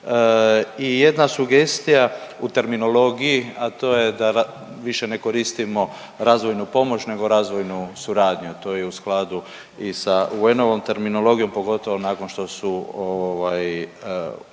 I jedna sugestija u terminologiji, a to je da više ne koristimo razvojnu pomoć nego razvojnu suradnju to je i u skladu i sa UN-ovom terminologijom pogotovo nakon što su ovaj